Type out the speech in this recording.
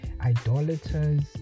Idolaters